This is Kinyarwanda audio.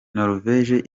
norvege